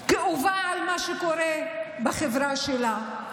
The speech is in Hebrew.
כאובה על מה שקורה בחברה שלה.